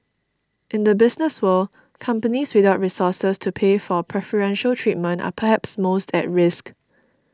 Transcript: in the business world companies without resources to pay for preferential treatment are perhaps most at risk